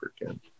again